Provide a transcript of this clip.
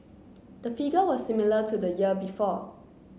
the figure was similar to the year before